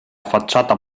facciata